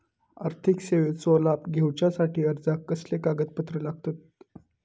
आर्थिक सेवेचो लाभ घेवच्यासाठी अर्जाक कसले कागदपत्र लागतत?